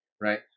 Right